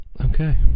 Okay